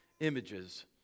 images